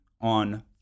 on